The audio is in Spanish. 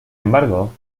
embargo